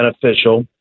beneficial